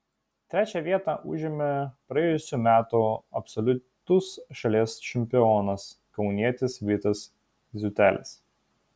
trečią vietą užėmė praėjusių metų absoliutus šalies čempionas kaunietis vytas ziutelis